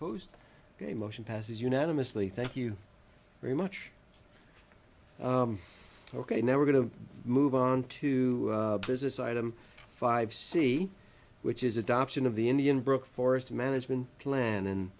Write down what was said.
posed a motion passes unanimously thank you very much ok now we're going to move on to business item five c which is adoption of the indian broke forest management plan and